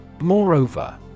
Moreover